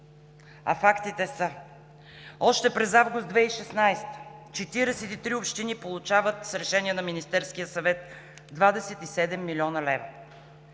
а фактите са: още през месец август 2016 г. 43 общини получават с решение на Министерския съвет 27 млн. лв.